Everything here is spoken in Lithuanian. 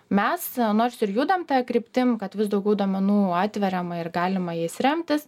mes nors ir judam ta kryptim kad vis daugiau duomenų atveriama ir galima jais remtis